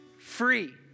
free